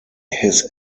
his